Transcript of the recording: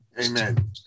Amen